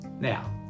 Now